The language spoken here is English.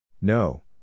No